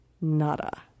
nada